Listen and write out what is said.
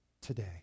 today